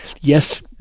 yes